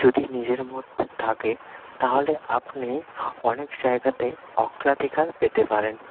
যদি নিজের মধ্যে থাকে তাহলে আপনি অনেক জায়গাতে অগ্রাধিকার পেতে পারেন